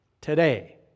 today